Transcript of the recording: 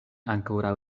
ankoraŭ